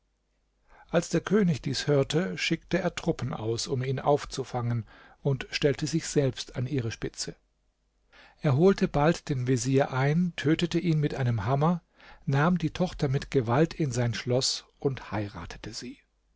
als der könig dies hörte schickte er truppen aus um ihn aufzufangen und stellte sich selbst an ihre spitze er holte bald den vezier ein tötet ihn mit einem hammer nahm die tochter mit gewalt in sein schloß und heiratete sie